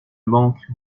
manque